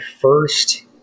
first